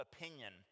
opinion